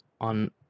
on